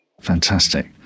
Fantastic